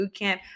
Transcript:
Bootcamp